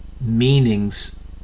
meanings